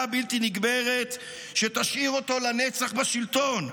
בלתי נגמרת שתשאיר אותו לנצח בשלטון.